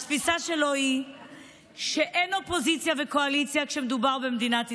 התפיסה שלו היא שאין אופוזיציה וקואליציה כשמדובר במדינת ישראל,